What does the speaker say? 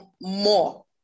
more